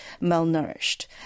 malnourished